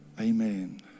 Amen